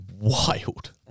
wild